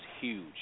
huge